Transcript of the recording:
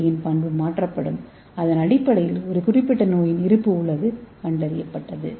D யின் பண்பு மாற்றப்படும் அதன் அடிப்படையில் ஒரு குறிப்பிட்ட நோயின் இருப்பு உள்ளது கண்டறியப்பட்டது